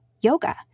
yoga